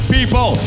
people